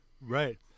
Right